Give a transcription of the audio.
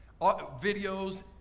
videos